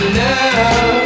love